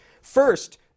First